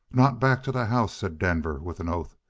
not back to the house! said denver with an oath,